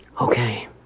Okay